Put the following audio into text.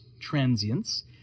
Transients